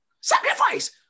Sacrifice